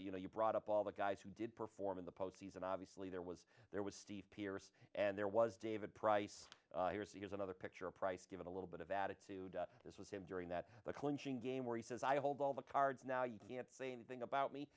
you know you brought up all the guys who did perform in the post season obviously there was there was steve pierce and there was david price because another picture price given a little bit of attitude this was him during that clinching game where he says i hold all the cards now you can't say anything about me